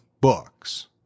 books